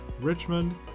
Richmond